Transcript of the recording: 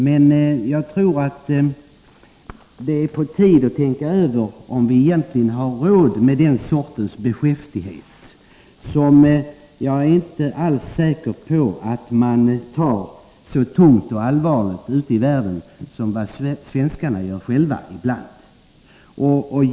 Det är emellertid på tiden att tänka över om vi har råd med den sortens beskäftighet, som jag inte är säker på att man ute i världen tar så allvarligt som svenskarna själva ibland gör.